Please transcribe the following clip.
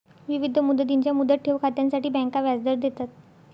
विविध मुदतींच्या मुदत ठेव खात्यांसाठी बँका व्याजदर देतात